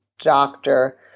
doctor